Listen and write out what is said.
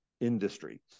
industry